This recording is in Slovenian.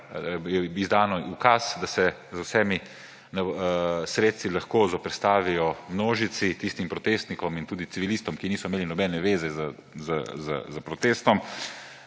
bil izdan ukaz, da se z vsemi sredstvi lahko zoperstavijo množici, tistim protestnikom in tudi civilistom, ki niso imeli nobene zveze s protestom.